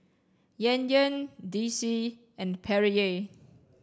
Yan Yan D C and Perrier